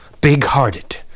big-hearted